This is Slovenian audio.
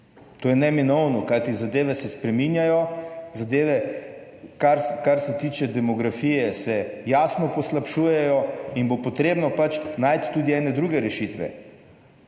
to je neminovno, kajti zadeve se spreminjajo, zadeve, kar se tiče demografije, se jasno poslabšujejo in bo potrebno pač najti tudi ene druge rešitve,